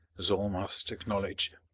as all must acknowledge,